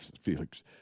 Felix